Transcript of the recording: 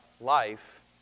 life